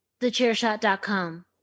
TheChairShot.com